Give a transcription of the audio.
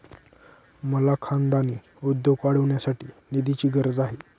मला खानदानी उद्योग वाढवण्यासाठी निधीची गरज आहे